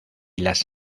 las